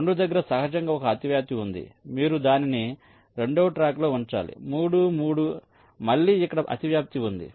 2 దగ్గర సహజంగా ఒక అతివ్యాప్తి ఉంది మీరు దానిని రెండవ ట్రాక్లో ఉంచాలి 3 3 మళ్ళీ ఇక్కడ అతివ్యాప్తి ఉంది